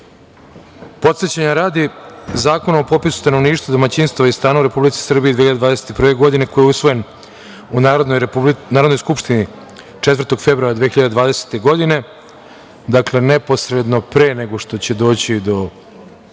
godinu. Podsećanja radi, Zakonom o popisu stanovništva, domaćinstava i stanova u Republici Srbiji 2021. godine, koji je usvojen u Narodnoj skupštini 4. februara 2020. godine, dakle, neposredno pre nego što će doći do